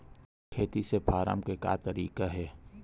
खेती से फारम के का तरीका हे?